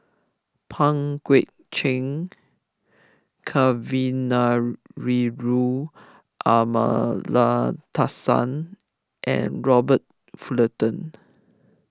Pang Guek Cheng Kavignareru Amallathasan and Robert Fullerton